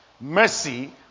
mercy